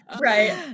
Right